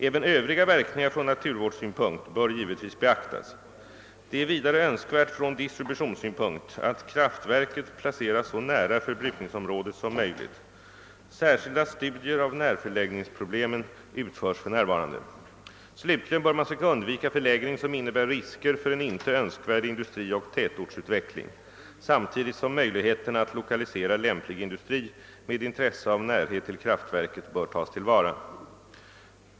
Även övriga verkningar från naturvårdssynpunkt bör givetvis beaktas. Det är vidare önskvärt från distributionssynpunkt att kraftverket placeras så nära förbrukningsområdet som möjligt. Särskilda studier av närförläggningsproblemen = utförs för närvarande. Slutligen bör man söka undvika förläggning, som innebär risker för en inte önskvärd industrioch tätortsutveckling, samtidigt som möjligheterna att lokalisera lämplig industri med intresse av närhet till kraftverket bör tas till vara.